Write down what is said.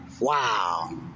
Wow